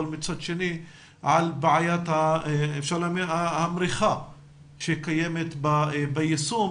אבל מצד שני על בעיית אפשר להגיד המריחה שקיימת ביישום